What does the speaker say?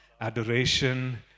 adoration